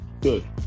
good